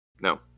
No